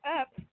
up